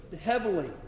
heavily